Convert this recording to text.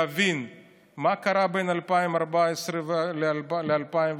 להבין מה קרה בין 2014 ל-2017,